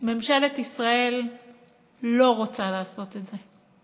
ממשלת ישראל לא רוצה לעשות את זה.